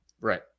Right